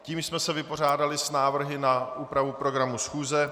Tím jsme se vypořádali s návrhy na úpravu programu schůze.